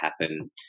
happen